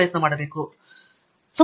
professor Abhijit P